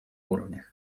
уровнях